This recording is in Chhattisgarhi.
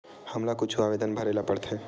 हमला कुछु आवेदन भरेला पढ़थे?